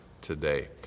today